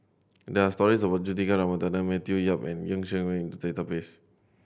there are stories about Juthika Ramanathan Matthew Yap and Ng Yi Sheng in the database